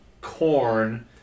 corn